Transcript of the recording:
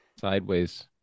Sideways